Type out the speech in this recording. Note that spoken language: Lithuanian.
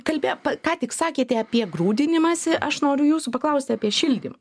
kalbėjom ką tik sakėte apie grūdinimąsi aš noriu jūsų paklausti apie šildymą